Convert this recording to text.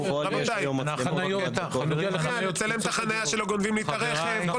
מצלם את החנייה שלו, גונבים לי את הרכב.